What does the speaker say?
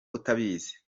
utabizi